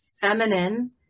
feminine